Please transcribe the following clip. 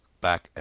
back